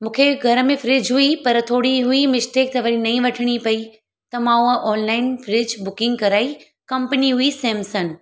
मूंखे घर में फ्रिज हुई पर थोरी हुई मिश्टेक त वरी नई वठिणी पई त मां उहा ऑनलाइन फ्रिज बुकिंग कराई कंपनी हुई सैमसंग